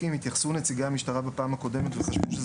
נציגי המשטרה בפעם הקודמת התייחסו לעניין מספר המשחקים בפעם הקודמת,